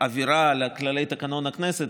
בעבירה על כללי תקנון הכנסת,